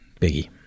Biggie